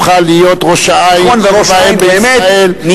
ראש-העין הפכה עיר ואם בישראל.